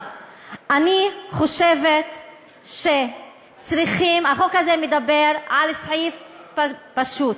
אני חושבת שצריכים, החוק הזה מדבר על סעיף פשוט: